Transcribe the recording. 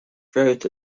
throughout